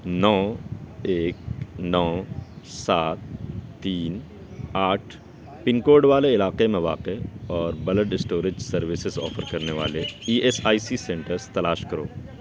نو ایک نو سات تین آٹھ پن کوڈ والے علاقے میں واقع اور بلڈ اسٹوریج سروسز آفر کرنے والے E S I C centres تلاش کرو